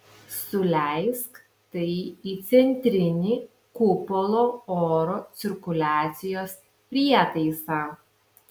suleisk tai į centrinį kupolo oro cirkuliacijos prietaisą